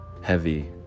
heavy